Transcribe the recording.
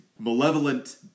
malevolent